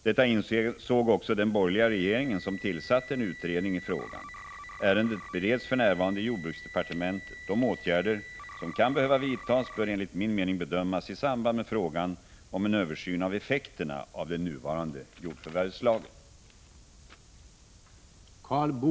Detta insåg också den borgerliga regeringen, som tillsatte en utredning i frågan. Ärendet bereds för närvarande i jordbruksdepartementet. De åtgärder som kan behöva vidtas bör enligt min mening bedömas i samband med frågan om en översyn av effekterna av den nuvarande jordförvärvslagen.